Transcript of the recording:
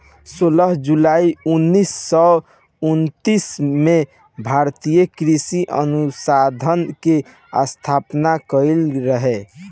सोलह जुलाई उन्नीस सौ उनतीस में भारतीय कृषि अनुसंधान के स्थापना भईल रहे